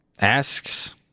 asks